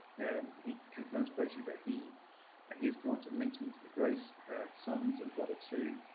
and he confirms basically that he he has granted maintenance to grace, her sons and brother too.